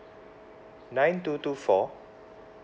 nine two two four